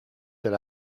that